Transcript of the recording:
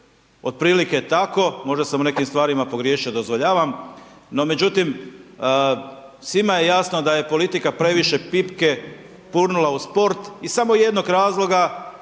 otprilike tako, možda sam u nekim stvarima pogriješio, dozvoljavam, no međutim, svima je jasno da je politika previše pipke gurnula u sport iz samo jednog razloga,